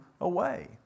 away